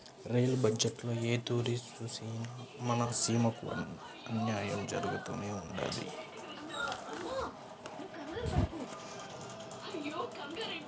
rail బజ్జెట్టులో ఏ తూరి సూసినా మన సీమకి అన్నాయం జరగతానే ఉండాది